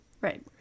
Right